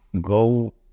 go